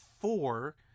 four